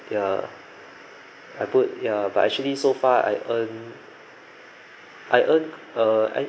ya I put ya but actually so far I earn I earn err I